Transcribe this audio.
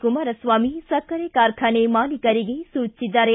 ಕುಮಾರಸ್ವಾಮಿ ಸಕ್ಕರೆ ಕಾರ್ಖಾನೆ ಮಾಲೀಕರಿಗೆ ಸೂಚಿಸಿದ್ದಾರೆ